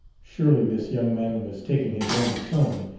surely this young man was taking his own tone.